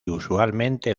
usualmente